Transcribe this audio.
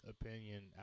opinion